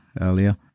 earlier